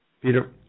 Peter